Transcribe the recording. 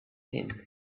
him